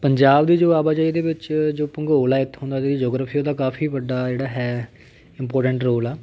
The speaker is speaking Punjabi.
ਪੰਜਾਬ ਦੇ ਜੋ ਆਵਾਜਾਈ ਦੇ ਵਿੱਚ ਜੋ ਭੂਗੋਲ ਹੈ ਇੱਥੋਂ ਦਾ ਜਿਹੜੀ ਜੌਗਰਾਫ਼ੀ ਹੈ ਉਹਦਾ ਕਾਫ਼ੀ ਵੱਡਾ ਜਿਹੜਾ ਹੈ ਇੰਪੋਰਟੈਂਟ ਰੋਲ ਆ